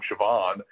Siobhan